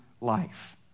life